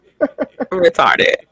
retarded